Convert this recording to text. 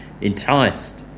enticed